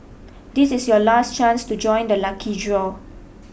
this is your last chance to join the lucky draw